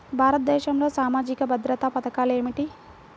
భారతదేశంలో సామాజిక భద్రతా పథకాలు ఏమిటీ?